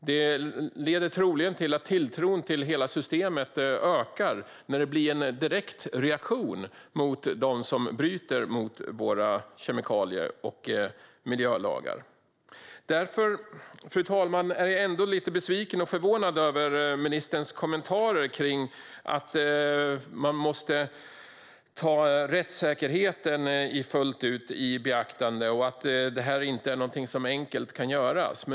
Det leder troligen till att tilltron till hela systemet ökar när det blir en direkt reaktion mot dem som bryter mot våra kemikalie och miljölagar. Därför, fru talman, är jag ändå lite besviken och förvånad över ministerns kommentarer: att man måste ta rättssäkerheten fullt ut i beaktande och att detta inte är någonting som enkelt kan göras.